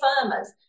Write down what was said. farmers